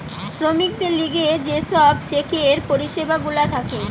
শ্রমিকদের লিগে যে সব চেকের পরিষেবা গুলা থাকে